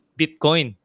bitcoin